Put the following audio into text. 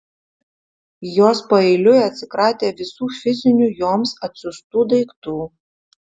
jos paeiliui atsikratė visų fizinių joms atsiųstų daiktų